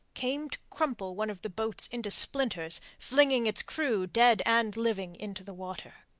came to crumple one of the boats into splinters, flinging its crew, dead and living, into the water.